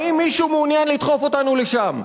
האם מישהו מעוניין לדחוף אותנו לשם?